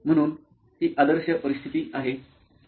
होय म्हणून ती आदर्श परिस्थिती आहे